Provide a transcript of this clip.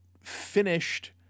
finished